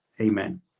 Amen